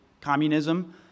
communism